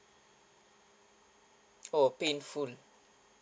oh pay in full